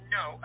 no